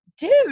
dude